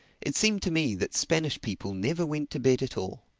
it seemed to me that spanish people never went to bed at all.